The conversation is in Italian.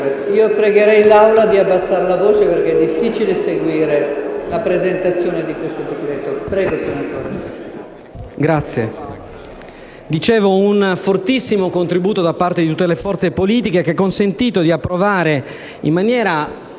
Pregherei l'Assemblea di abbassare la voce perché è difficile seguire la presentazione di questo disegno di legge. Prego, senatore.